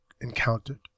encountered